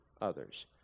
others